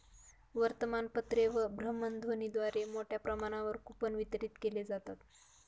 वर्तमानपत्रे व भ्रमणध्वनीद्वारे मोठ्या प्रमाणावर कूपन वितरित केले जातात